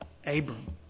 Abram